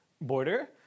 border